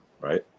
right